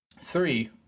Three